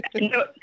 no